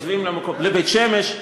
בית-שמש,